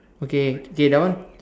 okay okay that one